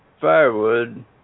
firewood